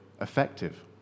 effective